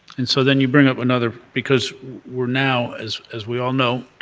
and so then you bring up another, because we are now, as as we all know,